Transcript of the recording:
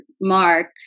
Mark